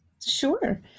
Sure